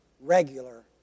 regular